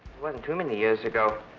wasn't too many years ago,